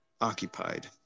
occupied